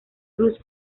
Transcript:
cruz